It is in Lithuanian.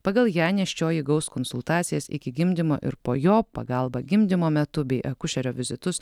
pagal ją nėščioji gaus konsultacijas iki gimdymo ir po jo pagalbą gimdymo metu bei akušerio vizitus